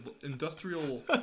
industrial